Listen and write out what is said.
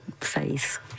faith